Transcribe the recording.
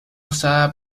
usada